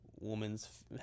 Woman's